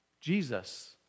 Jesus